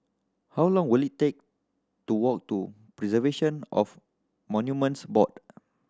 how long will it take to walk to Preservation of Monuments Board